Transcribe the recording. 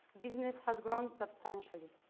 business has grown substantially.